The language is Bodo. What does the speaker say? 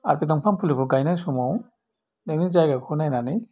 आरो बे दंफां फुलिखौ गायनाय समाव बिनि जायगाखौ नायनानै